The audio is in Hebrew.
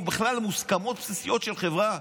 או בכלל למוסכמות בסיסיות של חברה.